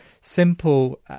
simple